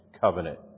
covenant